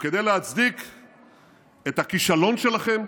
וכדי להצדיק את הכישלון שלכם,